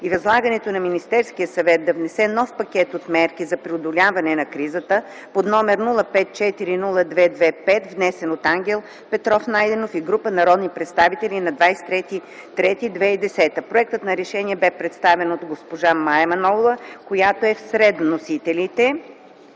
и възлагане на Министерския съвет да внесе нов пакет от мерки за преодоляване на кризата под № 054-02-25, внесен от Ангел Петров Найденов и група народни представители на 23.03.2010 г. Проектът на решение бе представен от госпожа Мая Манолова, която е сред вносителите.